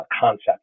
concept